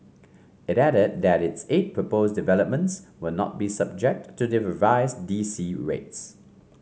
it added that its eight proposed developments will not be subject to the revised D C rates